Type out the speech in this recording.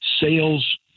sales